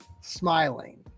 smiling